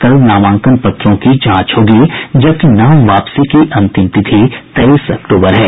कल नामांकन पत्रों की जांच होगी जबकि नाम वापसी की अंतिम तारीख तेईस अक्टूबर है